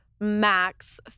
max